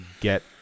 get